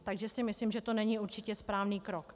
Takže si myslím, že to není určitě správný krok.